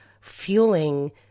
fueling